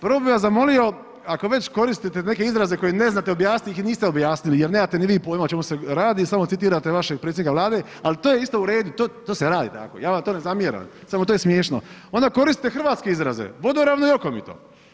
Prvo bi vas zamolio ako već koristite neke izraze koje ne znate objasniti i niste ih objasnili jer nemate ni vi pojma o čemu se radi, samo citirate vašeg predsjednika vlade, al to je isto u redu, to, to se radi tako, ja vam to ne zamjeram, samo to je smiješno, onda koristite hrvatske izraze, vodoravno i okomito.